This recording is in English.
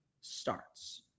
starts